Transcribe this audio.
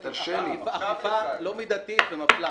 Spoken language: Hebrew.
את זה אף אחד לא ייקח מאיתנו,